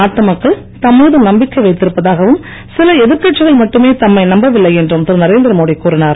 நாட்டு மக்கள் தம் மீது நம்பிக்கை வைத்திருப்பதாகவும் சில எதிர்கட்சிகள் மட்டுமே தம்மை நம்பவில்லை என்றும் திருநரேந்திரமோடி கூறினார்